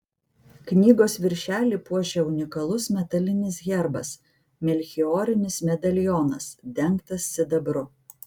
knygos viršelį puošia unikalus metalinis herbas melchiorinis medalionas dengtas sidabru